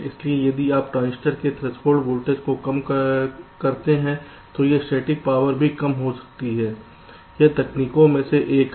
इसलिए यदि आप ट्रांजिस्टर के थ्रेशोल्ड वोल्टेज को कम करते हैं तो यह स्थैतिक पावर भी कम हो जाती है यह तकनीकों में से एक है